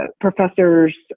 Professors